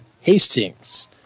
Hastings